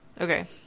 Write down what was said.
Okay